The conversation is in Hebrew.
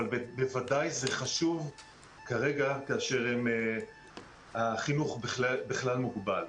אבל בוודאי זה חשוב כרגע כאשר החינוך בכלל מוגבל.